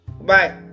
Bye